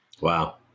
Wow